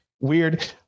weird